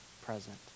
present